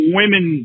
women